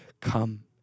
come